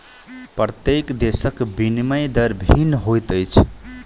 प्रत्येक देशक विनिमय दर भिन्न होइत अछि